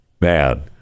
man